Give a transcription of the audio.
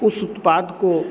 उस उत्पाद को